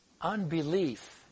Unbelief